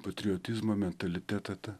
patriotizmo mentalitetą tą